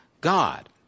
God